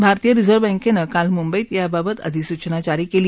भारतीय रिझर्व्ह बँकेनं काल मुंबईत याबाबत अधिसूचना जारी केली